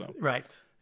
right